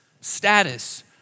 status